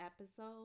episode